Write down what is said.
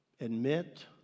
Admit